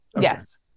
Yes